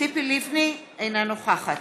ציפי לבני, אינה נוכחת